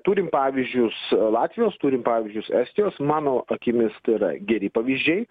turim pavyzdžius latvijos turim pavyzdžius estijos mano akimis tai yra geri pavyzdžiai